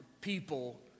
people